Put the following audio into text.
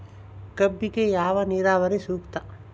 ಕಬ್ಬಿಗೆ ಯಾವ ನೇರಾವರಿ ಸೂಕ್ತ?